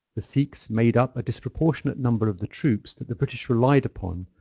the sikhs made up a disproportionate number of the troops that the british relied upon,